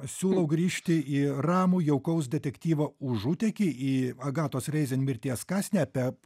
siūlau grįžti į ramų jaukaus detektyvo užutėkį į agatos reizen mirties kąsnį apie